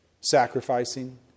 sacrificing